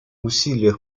усилиях